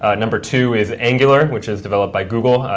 ah number two is angular, which is developed by google.